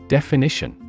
Definition